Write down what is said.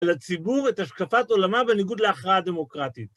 ולציבור את השקפת עולמה בניגוד להכרעה דמוקרטית.